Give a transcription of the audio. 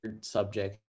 subject